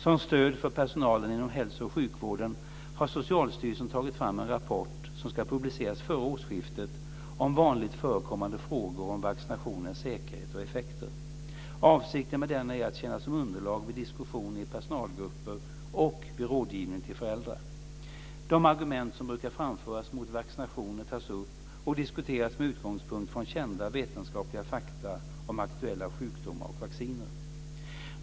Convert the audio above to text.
Som stöd för personalen inom hälso och sjukvården har Socialstyrelsen tagit fram en rapport, som ska publiceras före årsskiftet, om vanligt förekommande frågor om vaccinationers säkerhet och effekter. Avsikten med denna är att den ska tjäna som underlag vid diskussioner i personalgrupper och vid rådgivning till föräldrar. De argument som brukar framföras mot vaccinationer tas upp och diskuteras med utgångspunkt från kända vetenskapliga fakta om aktuella sjukdomar och vacciner.